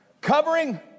Covering